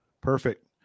perfect